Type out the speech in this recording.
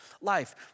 life